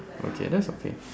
okay that's okay